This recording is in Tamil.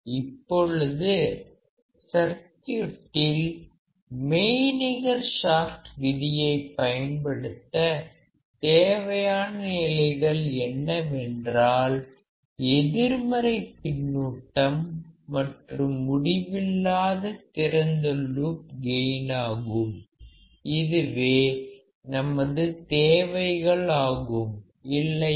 இப்பொழுது சர்க்யூட்டில் மெய்நிகர் ஷார்ட் விதியை பயன்படுத்த தேவையான நிலைகள் என்னவென்றால் எதிர்மறை பின்னூட்டம் மற்றும் முடிவில்லாத திறந்த லூப் கெயினாகும் இதுவே நமது தேவைகள் ஆகும் இல்லையா